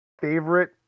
favorite